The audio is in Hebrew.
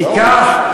תיקח,